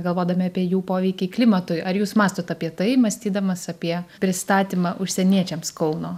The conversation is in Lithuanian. galvodami apie jų poveikį klimatui ar jūs mąstot apie tai mąstydamas apie pristatymą užsieniečiams kauno